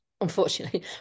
unfortunately